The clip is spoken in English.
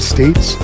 States